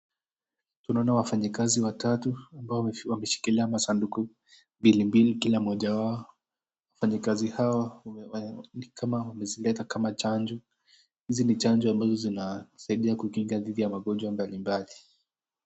Tunaona wafanyikazi watatu ambao wameshikilia masanduku mbili mbili kila mmoja wao. Wafanyikazi hawa, ni kama wamezileta kama chanjo. Hizi ni chanjo zinasaidia kukinga dhidi ya magonjwa mbali mbali.